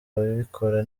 ababikora